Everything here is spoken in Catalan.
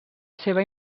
seva